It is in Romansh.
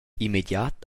immediat